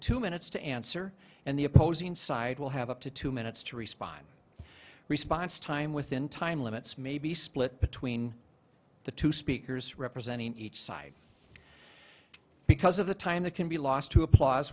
two minutes to answer and the opposing side will have up to two minutes to respond response time within time limits may be split between the two speakers representing each side because of the time that can be lost to applause